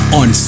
on